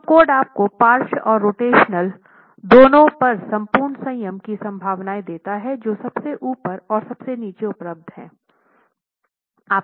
तो कोड आपको पार्श्व और रोटेशनल दोनों पर पूर्ण संयम की संभावनाएं देता है जो सबसे ऊपर और सबसे नीचे उपलब्ध है